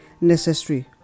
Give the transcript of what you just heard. necessary